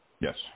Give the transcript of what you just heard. Yes